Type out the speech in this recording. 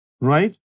Right